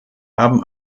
haben